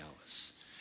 hours